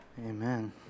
Amen